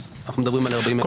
אז אנחנו מדברים על 40 אלף דולר,